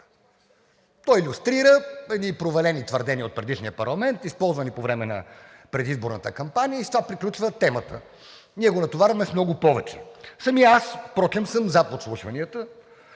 Той илюстрира едни провалени твърдения от предишния парламент, използвани по време на предизборната кампания, и с това приключва темата. Ние го натоварваме с много повече. Впрочем самият аз съм за подслушванията.